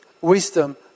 wisdom